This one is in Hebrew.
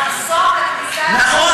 נכון.